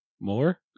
more